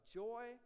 joy